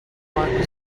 falling